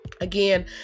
Again